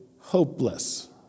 Hopeless